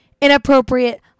inappropriate